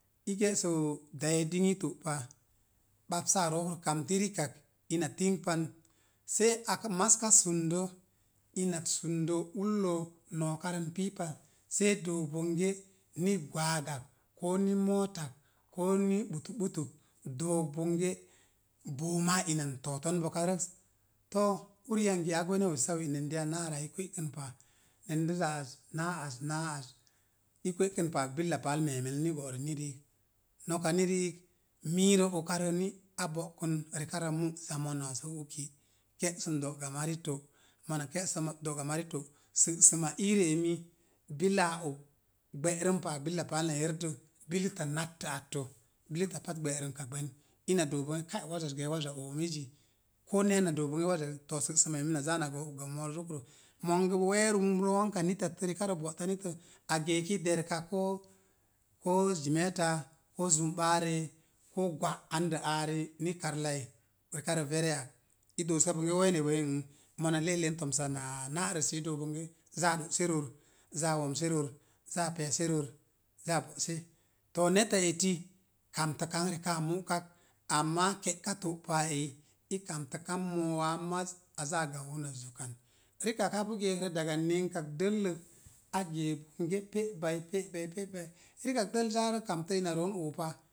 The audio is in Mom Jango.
I ke'sə daiya i dingii to'pa, bapsa rookro rikak kamti ina tingpan sei maz ka sundo. Ina sundo ullo no̱o̱karən piipa. Sei dook bonge ni gwaagak. Koo ni ootak koo ni ɓutu butuk, dock bonge booma ina to̱o̱ton boka reks. too uniyangi a gwene wesawe nendiya na'rə ai i kwə'kən pa. nendiza az naa az naa az o kwe'kən pa, billa páál meemen ni go'rini riik. noka ni riik miirə okarə ni a bo'kun rekarə mú sə a noosən uki ke'səm do'ga mari to. Mona ke'sə do'ga mari to sə'səma iirə emi bika og gbərəm pa billa páál na yerdə. Billita nattə attə pat gbə'rəmka gbən. I doo bonge ka doo waza az gəə waza omizzi. Koneya na do̱o̱ bonge waza az a to̱o̱ sə'səma emi na záá na gəə moorə zokro. Mongo bo wəə rumro wo̱nka nittattə rekarə bo'ta nittə a geek i derka ko zimeta. Ko zumbaare ko gwa andə aarə ni karlai. Rekarə vere ak i doosuk bonge waine monge mona le'len ma to̱msa na'rəssi zaa ɗu'se ror. Zaa womse roro za pe̱e̱se ror, záá bo'se to neta eti, kamtə kan rekàá mu'kak, ama ke'ka to'pa eyi i kamtə kan mo̱o̱ waa! Máz a gau ina zukan. Rikak apu geekrə diga ninka dəllək, a gee bonge pe'bai pe'bai pe'bai rika dəl zaa rə kamtə ina roon oopa.